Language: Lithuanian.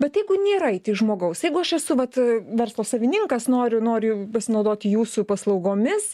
bet jeigu nėra it žmogaus jeigu aš esu vat verslo savininkas noriu noriu pasinaudoti jūsų paslaugomis